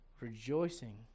rejoicing